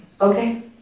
Okay